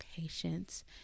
patience